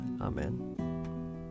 Amen